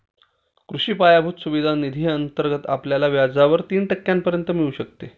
कृषी पायाभूत सुविधा निधी अंतर्गत आपल्याला व्याजावर तीन टक्क्यांपर्यंत मिळू शकते